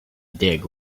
dig